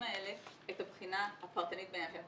האלה את הבחינה הפרטנית בעניין שלהם.